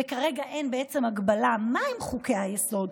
וכרגע אין בעצם הגבלה, מהם חוקי-היסוד,